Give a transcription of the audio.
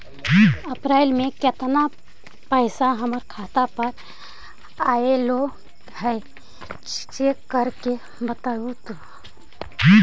अप्रैल में केतना पैसा हमर खाता पर अएलो है चेक कर के बताहू तो?